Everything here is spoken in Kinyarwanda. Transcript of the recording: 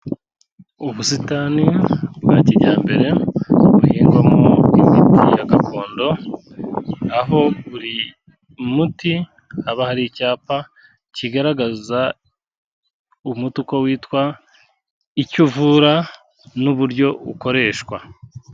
Ubusitani bwa kijyambere buhingwamo imiti ya gakondo aho buri muti haba hari icyapa kigaragaza umuti uko witwa, icyo uvura n'uburyo ukoreshwa.